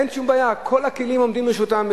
אין שום בעיה, כל הכלים עומדים לרשותם.